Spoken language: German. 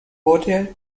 wurde